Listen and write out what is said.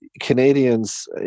Canadians